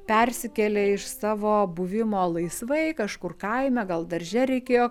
persikėlė iš savo buvimo laisvai kažkur kaime gal darže reikėjo